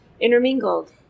intermingled